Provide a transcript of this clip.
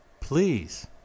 please